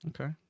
Okay